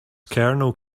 kernel